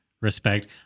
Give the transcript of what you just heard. respect